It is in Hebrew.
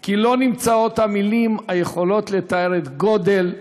כי לא נמצאות המילים היכולות לתאר את גודל הזוועה.